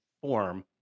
form